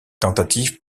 tentatives